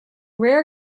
rare